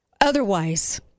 Otherwise